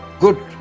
good